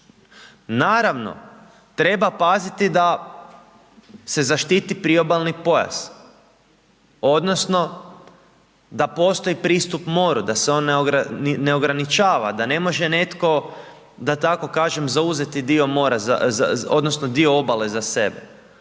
Naravno, treba paziti da se zaštiti priobalni pojas odnosno da postoji pristup moru, da se on ne ograničava, da ne može netko da tako kažem, zauzeti dio mora odnosno